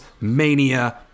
Mania